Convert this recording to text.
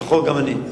נכון, גם אני,